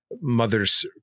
mothers